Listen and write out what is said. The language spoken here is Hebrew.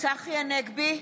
צחי הנגבי,